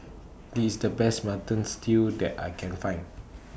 This The Best Mutton Stew that I Can Find